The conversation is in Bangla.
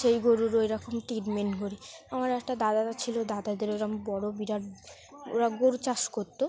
সেই গরুর ওইরকম ট্রিটমেন্ট করি আমার একটা দাদা ছিল দাদাদের ওরকম বড় বিরাট ওরা গরু চাষ করত